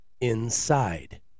inside